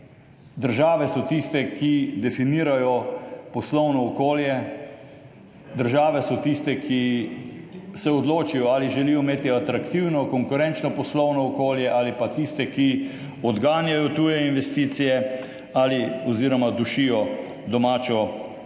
Države so tiste, ki definirajo poslovno okolje. Države so tiste, ki se odločijo, ali želijo imeti atraktivno konkurenčno poslovno okolje ali pa takšno, ki odganja tuje investicije oziroma duši domače